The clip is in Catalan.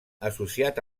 associat